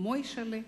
מוישל'ה,